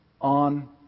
on